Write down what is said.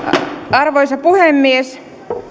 arvoisa puhemies